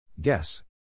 Guess